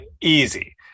easy